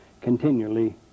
continually